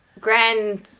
Grand